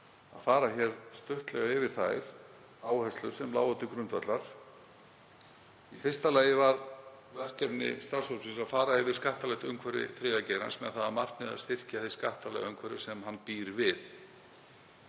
að fara stuttlega yfir þær áherslur sem lágu til grundvallar. Í fyrsta lagi var verkefni starfshópsins að fara yfir skattalegt umhverfi þriðja geirans með það að markmiði að styrkja hið skattalega umhverfi sem hann býr við.